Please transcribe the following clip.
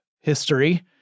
history